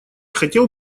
хотел